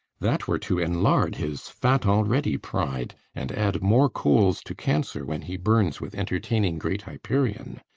that were to enlard his fat-already pride, and add more coals to cancer when he burns with entertaining great hyperion.